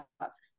thoughts